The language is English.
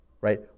right